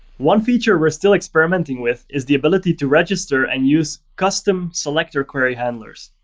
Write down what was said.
one feature we're still experimenting with is the ability to register and use custom selector query handlers.